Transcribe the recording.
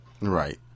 right